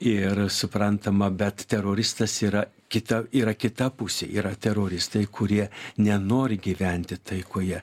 ir suprantama bet teroristas yra kita yra kita pusė yra teroristai kurie nenori gyventi taikoje